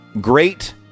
great